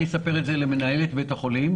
אספר את זה למנהלת בית החולים,